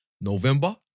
November